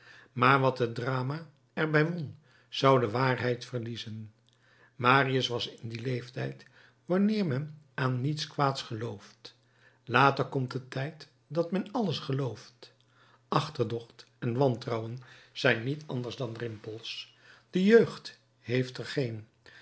maar wat het drama er bij won zou de waarheid verliezen marius was in dien leeftijd wanneer men aan niets kwaads gelooft later komt de tijd dat men alles gelooft achterdocht en wantrouwen zijn niet anders dan rimpels de jeugd heeft er geen